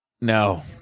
no